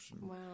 Wow